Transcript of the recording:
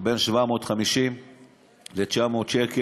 בין 750 ל-900 שקל,